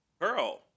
pearl